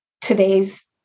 today's